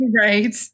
Right